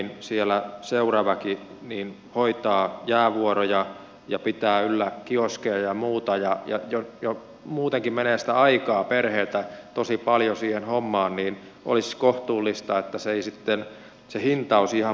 kun siellä seuraväki hoitaa jäävuoroja ja pitää yllä kioskeja ja muuta ja jo muutenkin menee sitä aikaa perheeltä tosi paljon siihen hommaan niin olisi kohtuullista että se hinta ei olisi ihan mahdoton